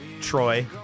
Troy